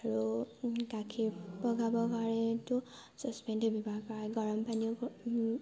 আৰু গাখীৰ পগাব পাৰি সেইটো চ'চপেনটো ব্যৱহাৰ কৰা হয় গৰম পানীও